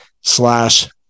slash